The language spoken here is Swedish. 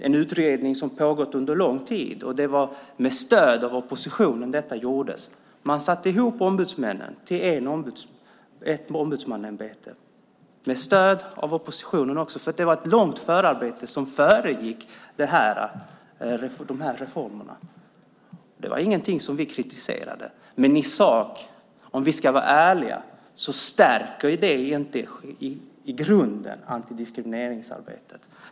En utredning hade pågått under lång tid, och detta gjordes med stöd av oppositionen. Man satte ihop ombudsmännen till ett ombudsmannaämbete med stöd från oppositionen. Det var ett långt förarbete som föregick dessa reformer. Det var ingenting som vi kritiserade. Men i sak - om vi ska vara ärliga - stärker det inte i grunden antidiskrimineringsarbetet.